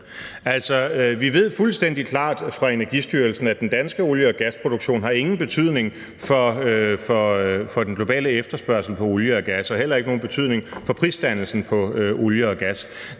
Vi ved fuldstændig klart fra Energistyrelsen, at den danske olie- og gasproduktion ingen betydning har for den globale efterspørgsel på olie og gas og heller ikke nogen betydning for prisdannelsen på olie og gas.